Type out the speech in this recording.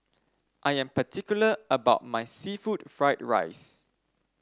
I am particular about my seafood Fried Rice